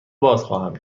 بازخواهم